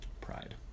pride